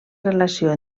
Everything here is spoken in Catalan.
relació